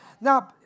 Now